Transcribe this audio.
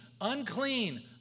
unclean